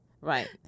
Right